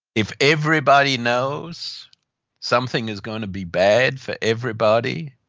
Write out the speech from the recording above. if everybody knows something is going to be bad for everybody,